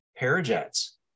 Parajet's